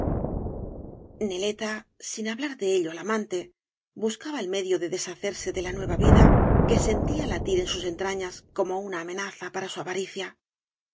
neleta sin hablar de ello al amante buscaba el medio de deshacerse de la nueva vida que sentía latir en sus entrañas como una amenaza para bu avaricia